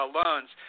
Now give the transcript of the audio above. loans